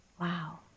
Wow